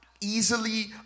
easily